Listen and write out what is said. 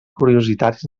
curiositat